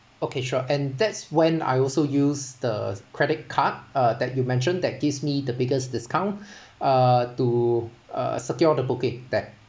okay sure and that's when I also use the credit card uh that you mentioned that gives me the biggest discount uh to secure the booking back